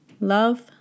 Love